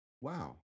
wow